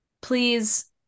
please